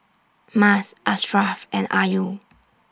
Mas Ashraff and Ayu